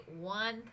one